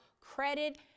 credit